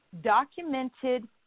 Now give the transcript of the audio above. documented